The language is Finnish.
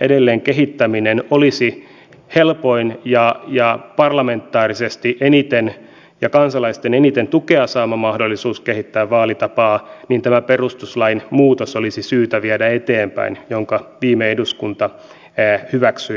edelleen kehittäminen olisi helpoin ja parlamentaarisesti eniten ja kansalaisilta eniten tukea saava mahdollisuus kehittää vaalitapaa niin olisi syytä viedä eteenpäin tämä perustuslain muutos jonka viime eduskunta hyväksyi lepäämään